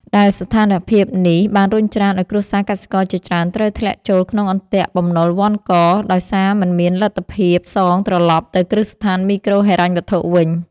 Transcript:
ដែលស្ថានភាពនេះបានរុញច្រានឱ្យគ្រួសារកសិករជាច្រើនត្រូវធ្លាក់ចូលក្នុងអន្ទាក់បំណុលវណ្ឌក ដោយសារមិនមានលទ្ធភាពសងត្រឡប់ទៅគ្រឹះស្ថានមីក្រូហិរញ្ញវត្ថុវិញ។